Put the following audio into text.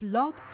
Blog